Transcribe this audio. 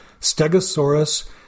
Stegosaurus